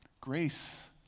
Grace